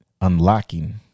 Unlocking